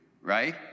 right